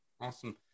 Awesome